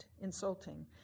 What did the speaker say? insulting